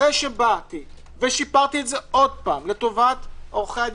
אחרי שבאתי ושיפרתי את זה שוב לטובת עורכי הדין,